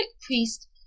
priest